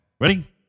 Ready